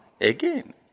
again